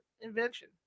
invention